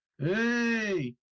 Hey